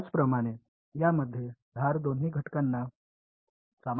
त्याचप्रमाणे या मध्ये धार दोन्ही घटकांना सामान्य आहे